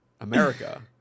America